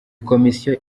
komisiyo